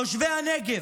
תושבי הנגב,